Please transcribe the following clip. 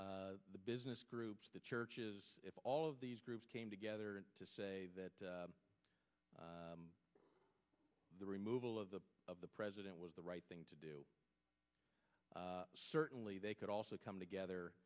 the business groups the churches all of these groups came together to say that the removal of the of the president was the right thing to do certainly they could also come together